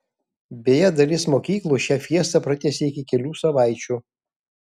beje dalis mokyklų šią fiestą pratęsė iki kelių savaičių